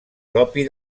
propi